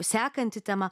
sekanti tema